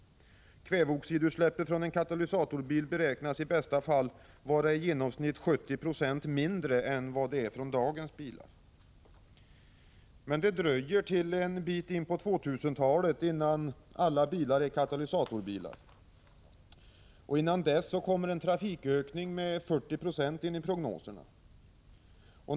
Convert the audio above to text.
Kväveoxidutsläppet från en katalysatorbil beräknas i bästa fall vara i genomsnitt 70 20 mindre än vad det är från dagens bilar. Men det dröjer till en bit in på 2000-talet innan alla bilar är katalysatorbilar. Innan dess kommer en trafikökning på 40 26 enligt prognoserna.